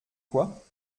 quoi